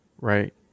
right